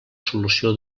solució